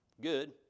good